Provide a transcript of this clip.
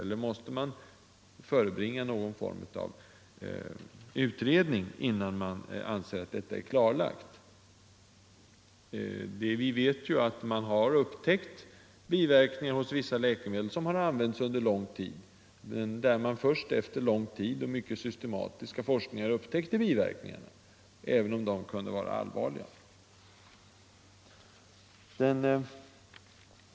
Eller måste man förebringa någon form av utredning innan det kan anses att detta är klarlagt? Vi vet ju att man har upptäckt biverkningar hos vissa läkemedel som har använts länge. Först efter lång tid och mycket systematiska forskningar upptäckte man biverkningarna, som kunde vara allvarliga.